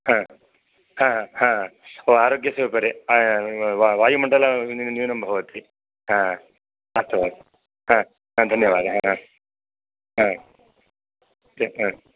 ओ आरोग्यस्य उपरि वा वायुमण्डल न्यू न्यूनं भवति अस्तु धन्यवादः